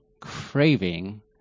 craving